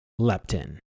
leptin